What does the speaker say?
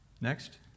Next